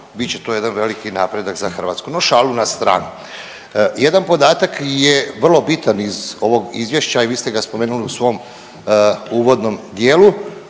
će to jedan veliki napredak za Hrvatsku. No, šalu na stranu. Jedan podatak je vrlo bitan iz ovog Izvješća i vi ste ga spomenuli u svom uvodnom dijelu.